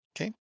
Okay